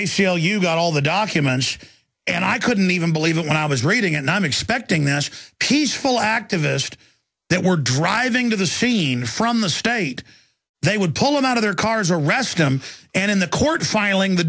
u got all the documents and i couldn't even believe it when i was reading and i'm expecting that peaceful activist that we're driving to the scene from the state they would pull him out of their cars arrest him and in the court filing the